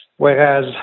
whereas